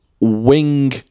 wing